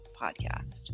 podcast